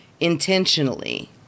intentionally